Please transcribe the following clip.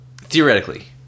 Theoretically